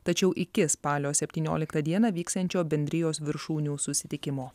tačiau iki spalio septynioliktą dieną vyksiančio bendrijos viršūnių susitikimo